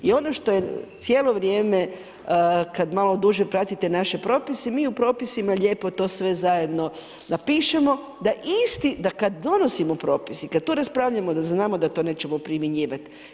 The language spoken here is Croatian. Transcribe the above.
I ono što je cijelo vrijeme kada malo duže pratite naše propise, mi u propisima lijepo to sve zajedno napišemo da kada donosimo propis i kada to raspravljamo da znamo da to nećemo primjenjivati.